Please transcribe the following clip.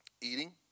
eating